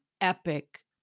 epic